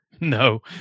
No